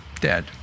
dead